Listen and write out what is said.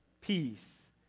peace